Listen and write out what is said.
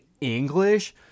English